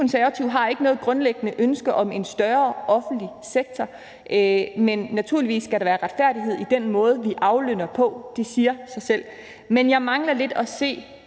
Konservative har ikke noget grundlæggende ønske om en større offentlig sektor, men naturligvis skal der være retfærdighed i den måde, vi aflønner på. Det siger sig selv. Men jeg mangler lidt at se